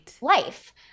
life